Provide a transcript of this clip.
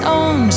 on